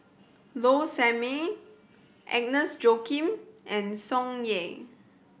Low Sanmay Agnes Joaquim and Tsung Yeh